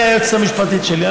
היועצת המשפטית שלי,